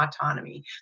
autonomy